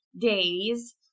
days